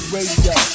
Radio